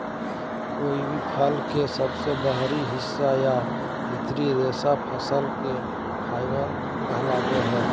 कोय भी फल के सबसे बाहरी हिस्सा या भीतरी रेशा फसल के फाइबर कहलावय हय